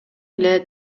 эле